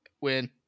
Win